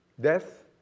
Death